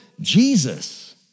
Jesus